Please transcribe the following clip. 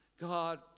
God